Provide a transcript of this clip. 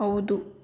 ಹೌದು